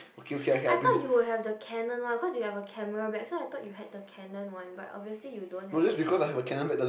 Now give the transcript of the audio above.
I thought you would have the Canon one cause you have a camera bag so I thought you have the Canon one but obviously you don't have the Canon one